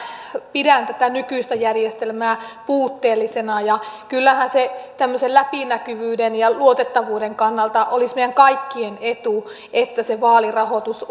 pidän tätä nykyistä järjestelmää puutteellisena ja kyllähän se tämmöisen läpinäkyvyyden ja luotettavuuden kannalta olisi meidän kaikkien etu että se vaalirahoitus